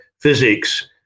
physics